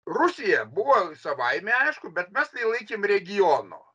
rusija buvo savaime aišku bet mes tai laikėm regiono